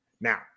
Now